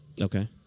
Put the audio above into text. Okay